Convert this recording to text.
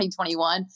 2021